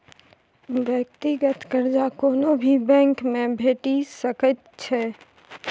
व्यक्तिगत कर्जा कोनो भी बैंकमे भेटि सकैत छै